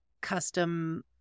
custom